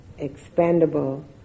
expandable